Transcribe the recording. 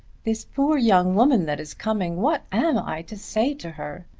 this poor young woman that is coming what am i to say to her?